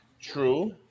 True